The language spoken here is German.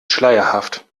schleierhaft